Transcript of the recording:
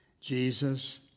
Jesus